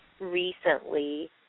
recently